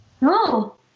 no